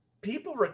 people